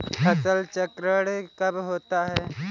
फसल चक्रण कब होता है?